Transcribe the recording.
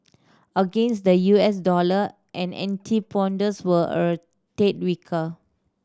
against the U S dollar and antipodeans were a tad weaker